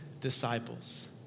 disciples